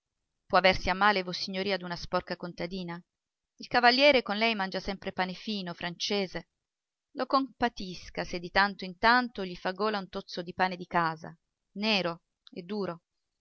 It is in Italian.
può aversi a male vossignoria d'una sporca contadina il cavaliere con lei mangia sempre pane fino francese lo compatisca se di tanto in tanto gli fa gola un tozzo di pane di casa nero e duro